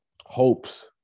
hopes